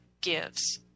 gives